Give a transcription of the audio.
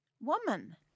woman